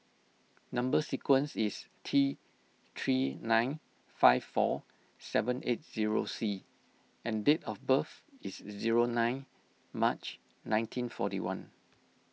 Number Sequence is T three nine five four seven eight zero C and date of birth is zero nine March nineteen forty one